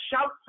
shout